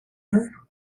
her